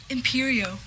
Imperio